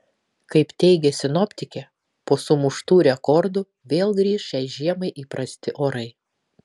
kaip teigia sinoptikė po sumuštų rekordų vėl grįš šiai žiemai įprasti orai